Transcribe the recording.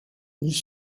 ils